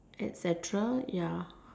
etcetera ya